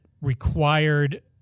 required